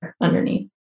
underneath